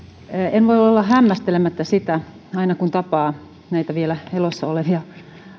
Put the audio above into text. en voi olla hämmästelemättä sitä aina kun tapaa näitä vielä elossa olevia